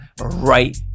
right